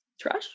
trash